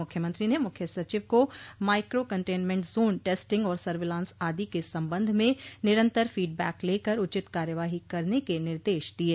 मुख्यमंत्री ने मुख्य सचिव को माइक्रो कंटेन्मेंट जोन टेस्टिंग और सर्विलांस आदि के संबंध में निरन्तर फीडबैक लेकर उचित कार्यवाही करने के निर्देश दिये